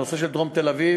הנושא של דרום תל-אביב,